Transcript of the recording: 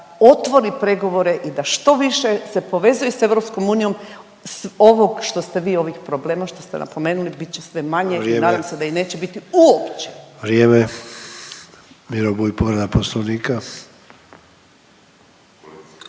otvori pregovore i da što više se povezuje sa EU ovog što ste vi ovih problema što ste napomenuli bit će sve manje … …/Upadica Sanader: Vrijeme./… … i nadam se da